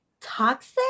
toxic